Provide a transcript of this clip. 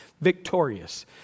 victorious